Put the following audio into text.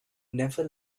never